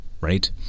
right